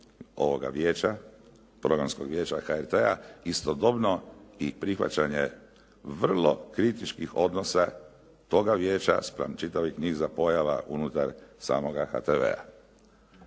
ovoga vijeća, Programskog vijeća HRT-a istodobno i prihvaćanje vrlo kritičkih odnosa toga vijeća spram čitavog niza pojava unutar samoga HTV-a.